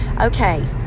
Okay